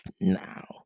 now